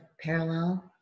parallel